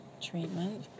treatment